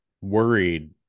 worried